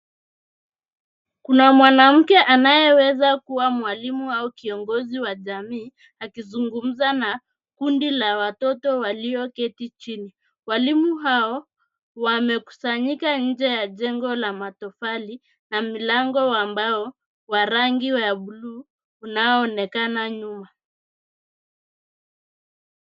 Kuna mwanamke anayeweza kuwa mwalimu au kiongozi wa jamii, akizingumza na kundi la watoto walioketi chini. Walimu hao wamekusanyika nje ya jengo la matofali na mlango wa mbao wa rangi ya buluu unaoonekana nyuma.